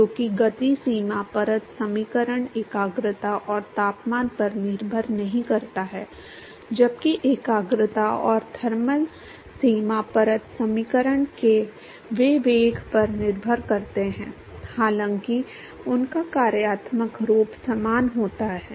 क्योंकि गति सीमा परत समीकरण एकाग्रता और तापमान पर निर्भर नहीं करता है जबकि एकाग्रता और थर्मल सीमा परत समीकरण वे वेग पर निर्भर करते हैं हालांकि उनका कार्यात्मक रूप समान होता है